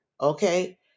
Okay